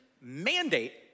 mandate